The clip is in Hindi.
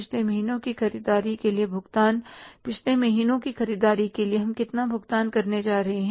पिछले महीनों की ख़रीददारी के लिए भुगतान पिछले महीनों की ख़रीददारी के लिए हम कितना भुगतान करने जा रहे हैं